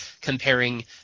comparing